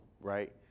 right